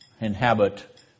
inhabit